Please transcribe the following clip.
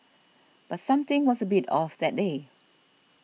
but something was a bit off that day